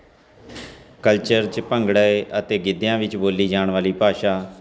culture 'ਚ ਭੰਗੜੇ ਅਤੇ ਗਿੱਧਿਆਂ ਵਿੱਚ ਬੋਲੀ ਜਾਣ ਵਾਲੀ ਭਾਸ਼ਾ